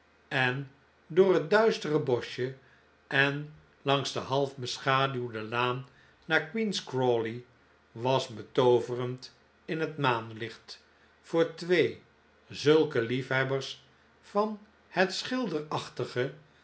en door het duistere boschje enlangs de halfbeschaduwde laan naar queen's crawley was betooverend in het maanlicht voor twee zulke liefhebbers van het